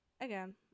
again